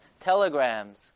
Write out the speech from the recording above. telegrams